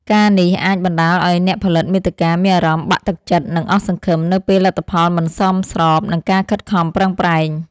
ការណ៍នេះអាចបណ្ដាលឱ្យអ្នកផលិតមាតិកាមានអារម្មណ៍បាក់ទឹកចិត្ត និងអស់សង្ឃឹម នៅពេលលទ្ធផលមិនសមស្របនឹងការខិតខំប្រឹងប្រែង។